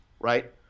right